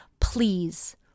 please